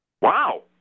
Wow